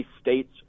state's